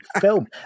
film